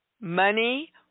Money